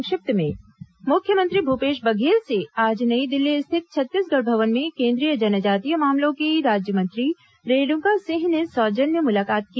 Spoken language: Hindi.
संक्षिप्त समाचार मुख्यमंत्री भूपेश बघेल से आज नई दिल्ली स्थित छत्तीसगढ़ भवन में केन्द्रीय जनजातीय मामलों की राज्य मंत्री रेणुका सिंह ने सौजन्य मुलाकात की